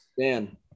Dan